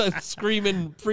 Screaming